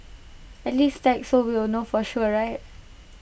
at least tag so we'll know for sure right